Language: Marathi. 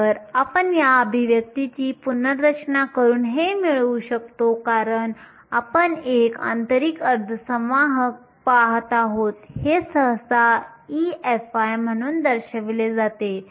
तर आपण या अभिव्यक्तीची पुनर्रचना करून हे मिळवू शकतो कारण आपण एक आंतरिक अर्धसंवाहक पहात आहोत हे सहसा EFi म्हणून दर्शविले जाते